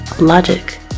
logic